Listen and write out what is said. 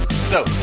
so,